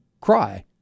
cry